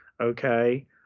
okay